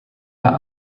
are